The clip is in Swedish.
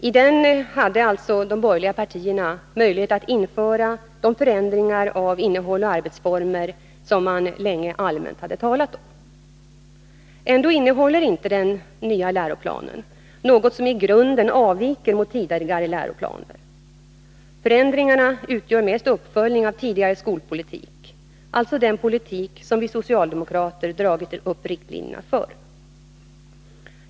I den hade alltså de borgerliga partierna möjlighet att införa de förändringar av innehåll och arbetsformer som man länge allmänt hade talat om. Ändå innehåller inte den nya läroplanen något som i grunden avviker mot tidigare läroplaner. Förändringarna utgör mest uppföljning av tidigare skolpolitik, alltså den politik som vi socialdemokrater dragit upp riktlinjerna för.